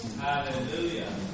Hallelujah